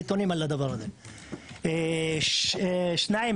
דבר שני,